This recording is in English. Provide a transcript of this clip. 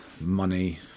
money